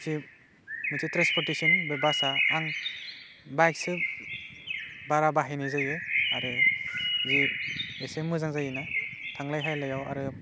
जि मोनसे ट्रन्सपर्टेशन बे बासआ मोनसे आं बाइकसो बारा बाहायनाय जायो आरो जि एसे मोजां जायो ना थांलाय फैलाइयाव आरो